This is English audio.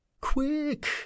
Quick